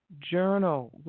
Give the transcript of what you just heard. journal